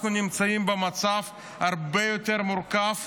אנחנו נמצאים במצב הרבה יותר מורכב,